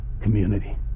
community